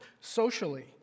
Socially